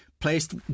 Placed